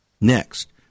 Next